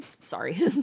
Sorry